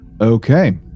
okay